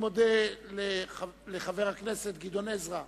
אני מודה לחבר הכנסת גדעון עזרא,